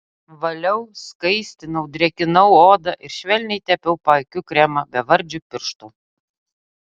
valiau skaistinau drėkinau odą ir švelniai tepiau paakių kremą bevardžiu pirštu